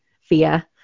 fear